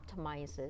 optimizes